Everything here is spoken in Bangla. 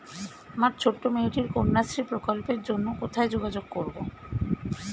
আমার ছোট্ট মেয়েটির কন্যাশ্রী প্রকল্পের জন্য কোথায় যোগাযোগ করব?